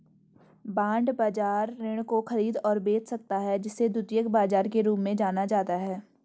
bond बाजार ऋण को खरीद और बेच सकता है जिसे द्वितीयक बाजार के रूप में जाना जाता है